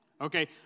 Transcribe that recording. okay